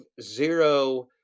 zero